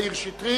מאיר שטרית.